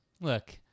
look